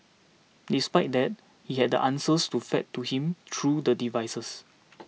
despite that he had the answers fed to him through the devices